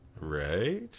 Right